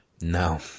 No